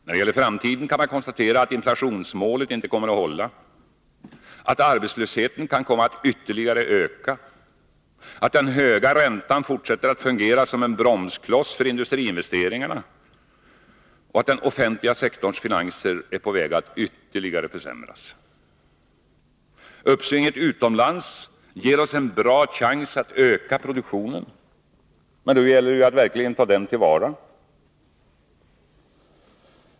När det gäller framtiden kan man konstatera att inflationsmålet inte kommer att hålla, att arbetslösheten kan komma att öka ytterligare, att den höga räntan fortsätter att fungera som bromskloss för industriinvesteringar na och att den offentliga sektorns finanser är på väg att ytterligare försämras. Uppsvinget utomlands ger oss en bra chans att öka produktionen. Men då gäller det att verkligen ta den till vara.